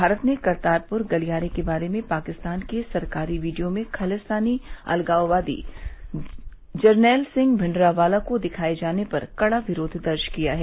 भारत ने करतारपुर गलियारे के बारे में पाकिस्तान के सरकारी बीडियो में खालिस्तानी अलगाववादी जरनैल सिंह भिंडरावाला को दिखाए जाने पर कड़ा विरोध दर्ज किया है